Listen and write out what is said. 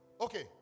okay